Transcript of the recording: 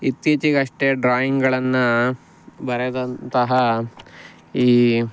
ಇತ್ತೀಚಿಗಷ್ಟೆ ಡ್ರಾಯಿಂಗ್ಗಳನ್ನು ಬರೆದಂತಹ ಈ